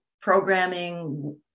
programming